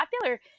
popular